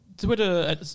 Twitter